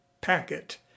packet